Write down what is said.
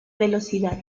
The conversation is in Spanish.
velocidad